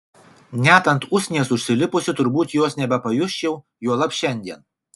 net ant usnies užsilipusi turbūt jos nebepajusčiau juolab šiandien